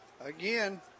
Again